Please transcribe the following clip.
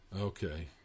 Okay